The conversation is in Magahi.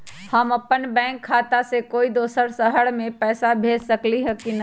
हम अपन बैंक खाता से कोई दोसर शहर में पैसा भेज सकली ह की न?